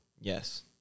Yes